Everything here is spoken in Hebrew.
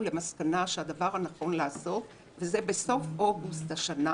למסקנה שהדבר הנכון לעשות וזה בסוף אוגוסט השנה